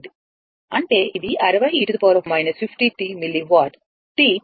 అంటే t 0 కన్నా ఎక్కువ ఉన్నప్పుడు ఇది 60 e 50t మిల్లివాట్ అవుతుంది